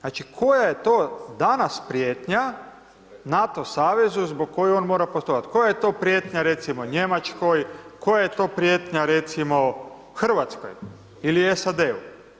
Znači koja je to danas prijetnja NATO savezu zbog koje on mora postojati, koja je to prijetnja recimo Njemačkoj, koja je to prijetnja recimo Hrvatskoj ili SAD-u?